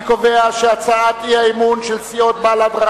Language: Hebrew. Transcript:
אני קובע שהצעת האי-אמון של סיעות בל"ד,